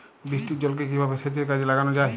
বৃষ্টির জলকে কিভাবে সেচের কাজে লাগানো যায়?